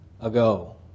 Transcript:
ago